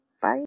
Bye